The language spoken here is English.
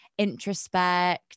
Introspect